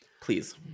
please